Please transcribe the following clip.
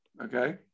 okay